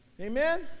Amen